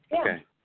Okay